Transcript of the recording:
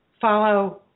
follow